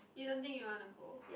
you don't think you wanna go